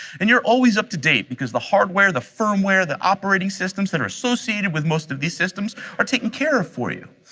and you're always up to date, because the hardware, the firmware, the operating systems that are associated with most of these systems are taken care of for you.